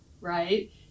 Right